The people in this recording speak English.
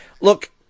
look